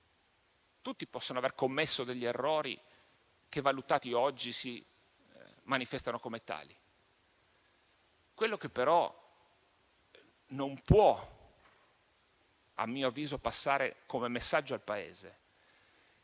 Tutti possono aver commesso degli errori che, valutati oggi, si manifestano come tali. Quello che però non può, a mio avviso, passare come messaggio è che